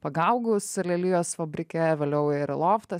pagaugus lelijos fabrike vėliau ir loftas